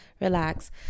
relax